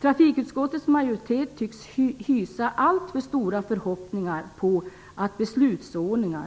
Trafikutskottets majoritet tycks hysa alltför stora förhoppningar om att beslutsordningar,